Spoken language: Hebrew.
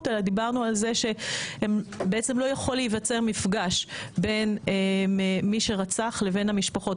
אלא דיברנו על זה שלא יכול להיווצר מפגש בין מי שרצח לבין המשפחות.